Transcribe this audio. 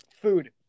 food